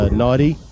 naughty